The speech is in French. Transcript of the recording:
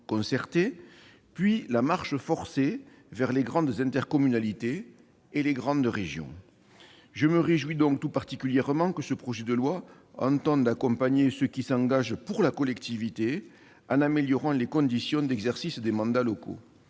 concertée, puis la marche forcée vers les grandes intercommunalités et les grandes régions. Je me réjouis donc tout particulièrement que ce projet de loi entende accompagner ceux qui s'engagent pour la collectivité, en améliorant les conditions d'exercice des mandats locaux.